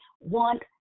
want